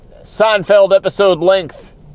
Seinfeld-episode-length